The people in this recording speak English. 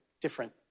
different